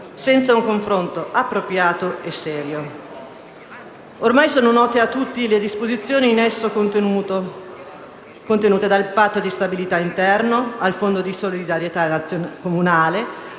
senza un confronto appropriato e serio. Ormai sono note a tutti le disposizioni in esso contenute: dal Patto di stabilità interno al Fondo di solidarietà comunale,